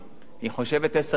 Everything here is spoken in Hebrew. היא חושבת עשר פעמים.